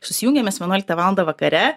susijungėm mes vienuoliktą valandą vakare